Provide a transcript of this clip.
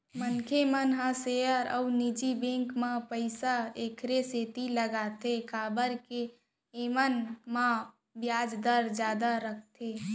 मनसे मन ह सेयर अउ निजी बेंक म पइसा एकरे सेती लगाथें काबर के एमन म बियाज दर जादा रइथे